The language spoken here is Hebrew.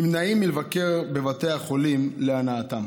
נמנעים מלבקר בבתי החולים להנאתם.